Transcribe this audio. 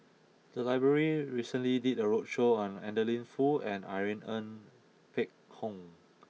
the library recently did a roadshow on Adeline Foo and Irene Ng Phek Hoong